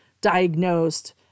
diagnosed